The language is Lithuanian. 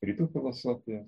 rytų filosofija